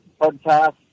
podcast